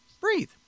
Breathe